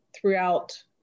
throughout